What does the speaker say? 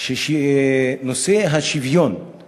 שנושא השוויון או